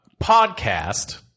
podcast